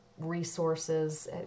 resources